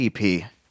EP